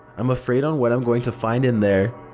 i'm afraid on what i'm going to find in there.